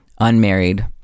unmarried